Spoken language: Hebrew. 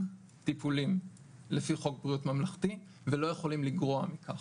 טיפולים לפי חוק בריאות ממלכתי ולא יכולים לגרוע מכך.